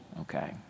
Okay